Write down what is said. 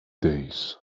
days